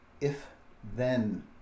if-then